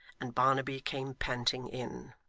and barnaby came panting in.